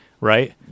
right